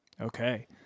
Okay